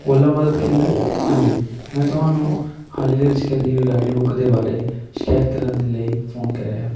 ਓਲਾ ਮਦਦ ਕੇਂਦਰ ਹਾਂਜੀ ਮੈਂ ਤੁਹਾਨੂੰ ਹਾਲ ਹੀ ਦੇ ਵਿੱਚ ਕਰੀ ਹੋਈ ਰਾਈਡ ਬੁੱਕ ਦੇ ਬਾਰੇ ਸ਼ਿਕਾਇਤ ਕਰਨ ਦੇ ਲਈ ਫੋਨ ਕਰਿਆ ਹੈ